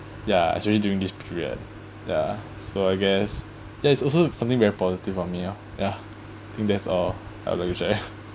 ya especially during this period ya so I guess that is also something very positive for me ah ya I think that's all I would let you share